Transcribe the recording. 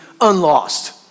unlost